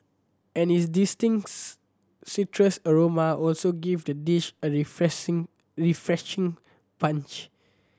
and its distinct citrus aroma also give the dish a refreshing punch